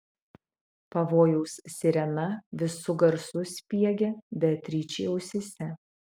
pavojaus sirena visu garsu spiegė beatričei ausyse